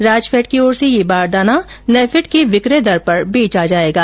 राजफैड की ओर से यह बारदाना नेफेड की विक्रय दर पर बेचा जाएगा